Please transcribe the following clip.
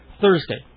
Thursday